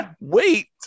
wait